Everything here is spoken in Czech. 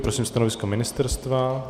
Prosím stanovisko ministerstva.